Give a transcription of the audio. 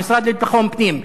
המשרד לביטחון פנים,